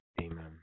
Amen